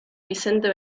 vicente